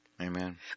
Amen